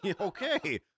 Okay